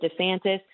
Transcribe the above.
DeSantis